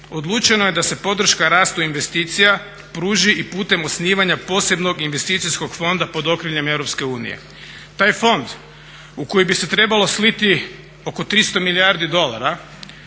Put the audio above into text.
odlučeno je da se podrška rastu investicija pruži i putem osnivanja posebnog investicijskog fonda pod okriljem Europske unije. Taj fond u koji bi se trebalo sliti oko 300 milijardi dolara